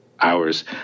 hours